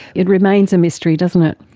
it remains a mystery, doesn't it.